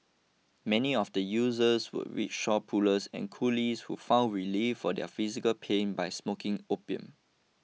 many of the users were rickshaw pullers and coolies who found relief for their physical pain by smoking opium